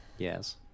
Yes